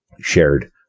shared